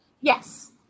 Yes